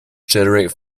generate